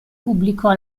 pubblicò